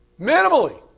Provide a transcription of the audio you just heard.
Minimally